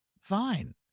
fine